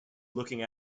looking